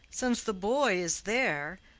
since the boy is there,